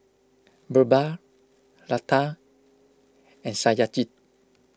Birbal Lata and Satyajit